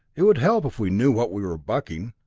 it would help if we knew what we were bucking.